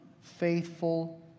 faithful